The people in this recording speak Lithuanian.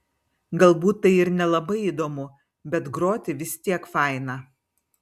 galbūt tai ir nelabai įdomu bet groti vis tiek faina